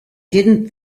didn’t